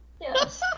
Yes